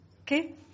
Okay